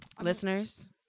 Listeners